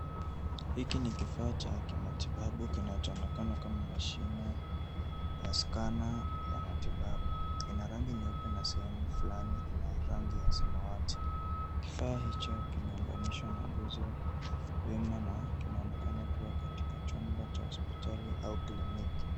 Hiki ni kifaa cha matibabu kinachoonekana kama mashine ya scanner ya matibabu. Ina rangi nyeupe na sehemu fulani ya rangi ya samawati. Kifaa hicho kimeunganishwa na nguzo wima na kinaonekana kuwa katika chumba cha hospitali ua kliniki.